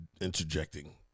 interjecting